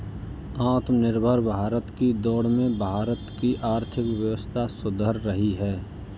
आत्मनिर्भर भारत की दौड़ में भारत की आर्थिक व्यवस्था सुधर रही है